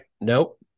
Nope